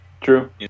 True